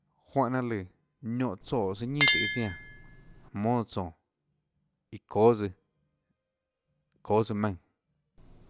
Juánhã jnanà lùã niónhã tsoã søâ ñinà tùhå iâ jniánã jmónâ tsónå iã çóâ tsøã çóâ tsøã maùnã.